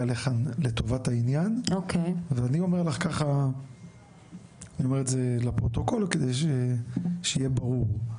לטובת העניין ואני אומר לטובת הפרוטוקול ושיהיה ברור,